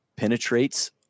penetrates